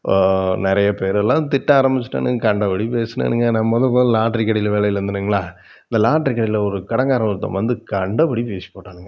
நிறைய பேருலாம் திட்ட ஆரமிச்சிட்டானுங்க கண்ட படி பேசுனானுங்க நான் முத முத லாட்ரி கடையில் வேலையில் இருந்தேனுங்களா இந்த லாட்ரி கடையில் ஒரு கடங்காரன் ஒருத்தவன் வந்து கண்ட படி பேசி போட்டானுங்க